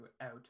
out